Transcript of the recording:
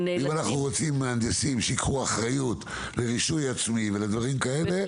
אם אנחנו רוצים שמהנדסים ייקחו אחריות לרישוי עצמי ולדברים כאלה,